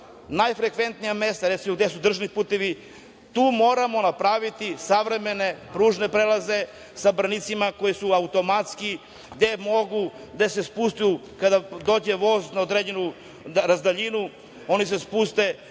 najfrekventnija mesta, recimo, gde su državni putevi, tu moramo napraviti savremene pružne prelaze sa branicima koji su automatski, gde se spuštaju kada dođe voz na određenu razdaljinu, oni se spuste,